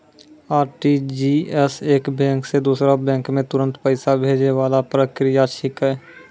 RTGS एक bank से दूसरो बैंक मे तुरंत पैसा भैजै वाला प्रक्रिया छिकै